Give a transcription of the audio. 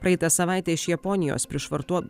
praeitą savaitę iš japonijos prišvartuo